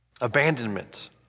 Abandonment